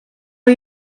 are